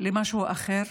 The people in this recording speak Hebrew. למשהו אחר?